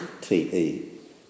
T-E